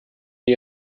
die